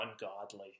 ungodly